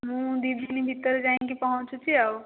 ମୁଁ ଦୁଇ ଦିନ ଭିତରେ ଯାଇକି ପହଞ୍ଚୁଛି ଆଉ